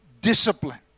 discipline